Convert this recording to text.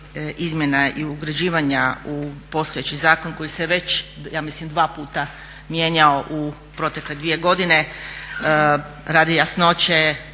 izmjena i ugrađivanja u postojeći zakon koji se već ja mislim dva puta mijenjao u protekle dvije godine. Radi jasnoće